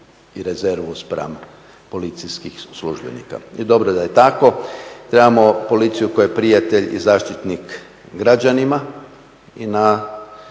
i rezervu spram policijskih službenika. I dobro je da je tako. Trebamo policiju koja je prijatelj i zaštitnik građanima i na